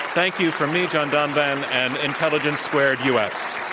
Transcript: thank you from me, john donvan and intelligence squared u. ah